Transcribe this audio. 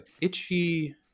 itchy